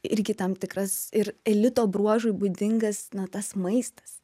irgi tam tikras ir elito bruožui būdingas na tas maistas